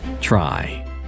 Try